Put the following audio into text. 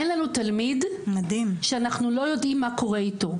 אין לנו תלמיד שאנחנו לא יודעים מה קורה איתו.